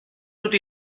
dut